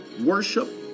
worship